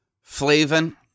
Flavin